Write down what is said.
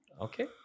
Okay